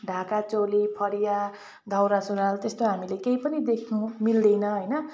ढाका चोली फरिया दौरासुरुवाल त्यस्तो हामीले केही पनि देख्नमिल्दैन होइन